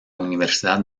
universidad